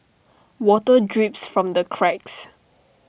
water drips from the cracks